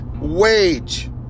wage